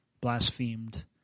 blasphemed